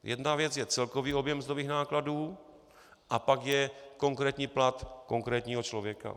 Jedna věc je celkový objem mzdových nákladů a pak je konkrétní plat konkrétního člověka.